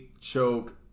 choke